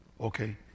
Okay